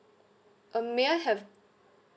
um may I have